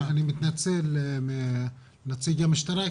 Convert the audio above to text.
אני מתנצל מנציג המשטרה,